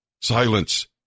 Silence